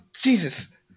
jesus